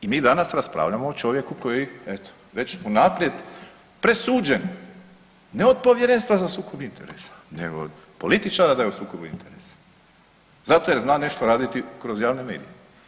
I mi danas raspravljamo o čovjeku koji eto već unaprijed presuđen, ne od Povjerenstva za sukob interesa nego od političara da je u sukobu interesa, zato jer zna nešto raditi kroz javne medije.